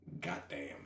Goddamn